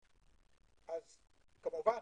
כמובן,